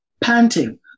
panting